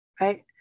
right